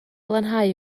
lanhau